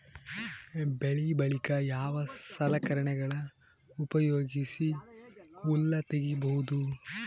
ಬೆಳಿ ಬಳಿಕ ಯಾವ ಸಲಕರಣೆಗಳ ಉಪಯೋಗಿಸಿ ಹುಲ್ಲ ತಗಿಬಹುದು?